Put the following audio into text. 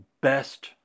best